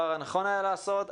אבל זו בטוח הזדמנות,